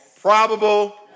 probable